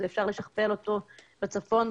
אפשר לשכפל אותו בצפון,